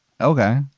Okay